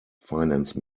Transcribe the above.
finance